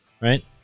Right